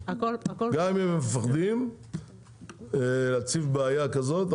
גם אם הם מפחדים להציב בעיה כזאת,